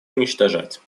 уничтожать